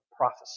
Prophecy